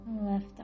Left